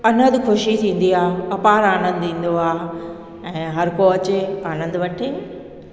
अनहध ख़ुशी थींदी आहे आपारु आनंदु ईंदो आहे ऐं हर को अचे आनंदु वठे